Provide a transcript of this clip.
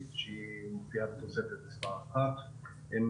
שהיא מופיעה בתוספת מספר 1. כפי שאמרתי,